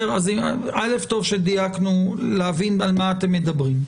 אז טוב שדייקנו להבין על מה אתם מדברים.